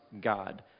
God